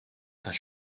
tax